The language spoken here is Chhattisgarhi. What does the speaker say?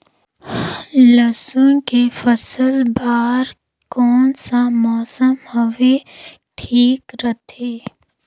लसुन के फसल बार कोन सा मौसम हवे ठीक रथे?